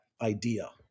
idea